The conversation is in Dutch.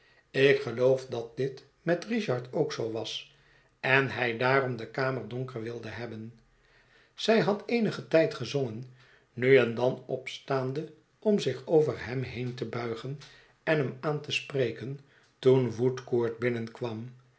ik geloof dat dit met richard ook zoo was en hij daarom de kamer donker wilde hebben zij had eenigen tijd gezongen nu en dan opstaande om zich over hem heen te buigen en hem aan te spreken toen woodcourt binnenkwam